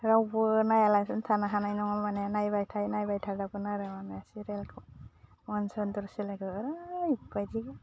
रावबो नायालासिनो थानो हानाय नङा माने नायबाय थायो नायबाय थाजोबगोन आरो माने सिरियालखौ मन सुन्दर सेलेखौ ओरैबायदि